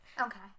Okay